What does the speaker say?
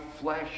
flesh